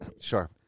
Sure